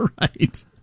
Right